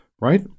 right